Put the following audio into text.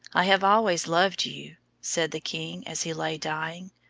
i have always loved you, said the king as he lay dying,